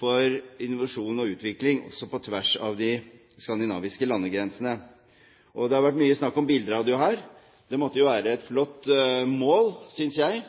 for innovasjon og utvikling på tvers av de skandinaviske landegrensene. Det har vært mye snakk om bilradio her. Det måtte jo være et flott mål, synes jeg,